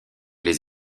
les